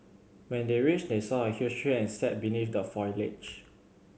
when they reached they saw a huge tree and sat beneath the foliage